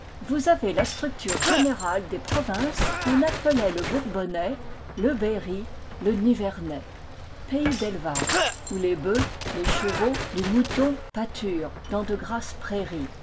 vous avez la structure générale des provinces qu'on appelait le bourbonnais le berry le nivernais pays d'élevage où les bœufs les chevaux les moutons pâturent dans de grasses prairies